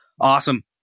Awesome